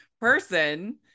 person